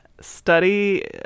study